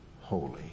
holy